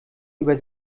über